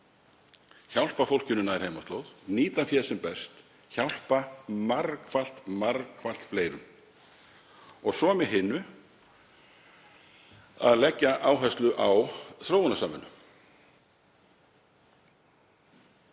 hjálpa fólkinu nær heimaslóð, nýta féð sem best, hjálpa margfalt fleirum. Svo með hinu, að leggja áherslu á þróunarsamvinnu.